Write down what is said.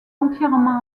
entièrement